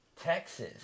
Texas